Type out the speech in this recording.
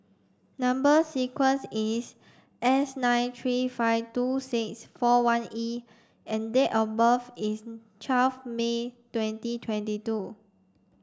number sequence is S nine three five two six four one E and date of birth is twelve May twenty twenty two